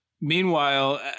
Meanwhile